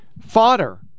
fodder